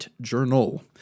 Journal